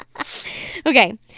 Okay